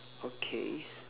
okay